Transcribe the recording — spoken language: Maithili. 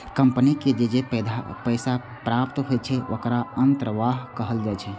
कंपनी के जे पैसा प्राप्त होइ छै, ओखरा अंतर्वाह कहल जाइ छै